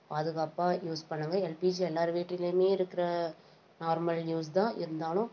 பாதுகாப்பாக யூஸ் பண்ணுங்க எல்பிஜி எல்லார் வீட்டிலையுமே இருக்கிற நார்மல் யூஸ் தான் இருந்தாலும்